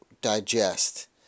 digest